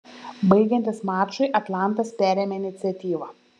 baigiantis mačui atlantas perėmė iniciatyvą